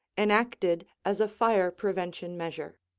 enacted as a fire-prevention measure.